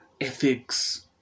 ethics